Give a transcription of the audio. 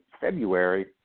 February